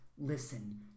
Listen